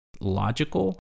logical